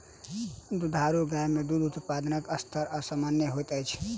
दुधारू गाय मे दूध उत्पादनक स्तर असामन्य होइत अछि